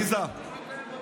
עליזה.